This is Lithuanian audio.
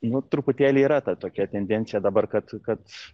nu truputėlį yra ta tokia tendencija dabar kad kad